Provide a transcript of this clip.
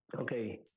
okay